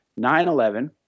9/11